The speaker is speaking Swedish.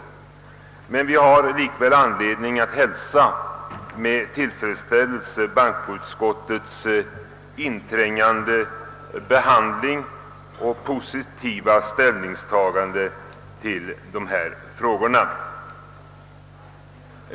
Vi har likväl anledning att hälsa med tillfredsställelse bankoutskottets inträngande behandling av och positiva ställningstagande till dessa frågor.